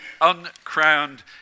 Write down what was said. uncrowned